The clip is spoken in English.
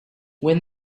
when